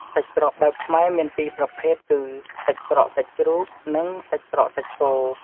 សាច់ក្រកបែបខ្មែរមាន២ប្រភេទគឹ សាច់ក្រកសាច់ជ្រូក និង សាច់ក្រកសាច់គោ។